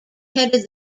headed